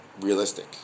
realistic